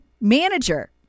manager